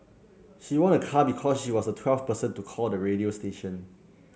she won a car because she was the twelfth person to call the radio station